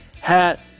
hat